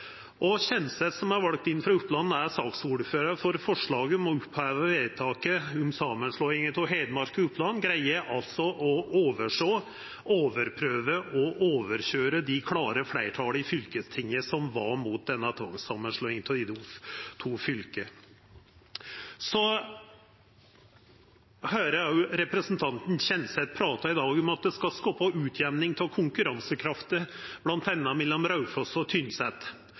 og Kjenseth, som er vald inn frå Oppland, som er saksordførar for forslaget om å oppheva vedtaket om samanslåinga av Hedmark og Oppland, greier altså å oversjå, overprøva og overkøyra dei klare fleirtala i fylkestinga som var mot denne tvangssamanslåinga av dei to fylka. Så høyrer eg også representanten Kjenseth i dag prata om at det skal skapa utjamning av konkurransekrafta, bl.a. mellom Raufoss og